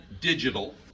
digital